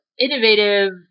innovative